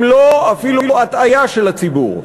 אם לא אפילו הטעיה של הציבור.